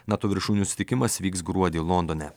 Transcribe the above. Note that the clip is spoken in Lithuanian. nato viršūnių susitikimas vyks gruodį londone